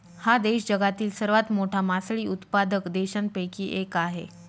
हा देश जगातील सर्वात मोठा मासळी उत्पादक देशांपैकी एक आहे